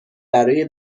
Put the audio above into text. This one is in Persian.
برای